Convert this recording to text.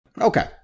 okay